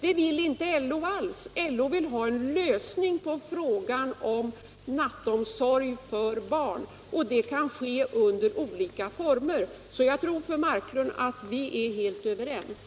Det vill LO inte alls ha. LO vill ha en lösning på frågan om nattomsorg för barn. Och det kan ske under olika former, så jag tror, fru Marklund, att vi är helt överens.